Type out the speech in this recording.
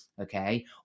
okay